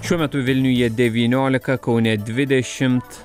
šiuo metu vilniuje devyniolika kaune dvidešimt